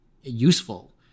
useful